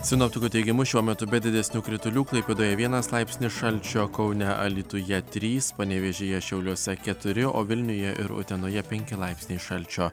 sinoptikų teigimu šiuo metu be didesnių kritulių klaipėdoje vienas laipsnį šalčio kaune alytuje trys panevėžyje šiauliuose keturi o vilniuje ir utenoje penki laipsniai šalčio